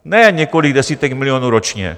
Ne několik desítek milionů ročně.